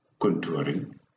contouring